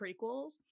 prequels